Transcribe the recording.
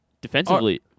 defensively